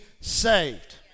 saved